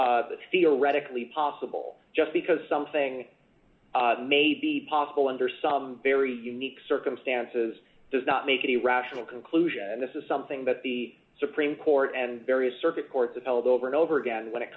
mean that theoretically possible just because something may be possible under some very unique circumstances does not make it a rational conclusion and this is something that the supreme court and various circuit court develop over and over again when it